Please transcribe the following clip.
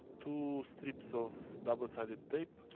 two strips of double-sided tape.